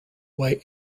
way